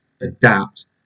adapt